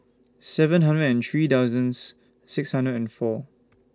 seven hundred and three thousands six hundred and four